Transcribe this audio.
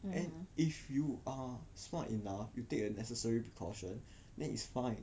and if you are smart enough you take the necessary precaution then it's fine